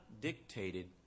dictated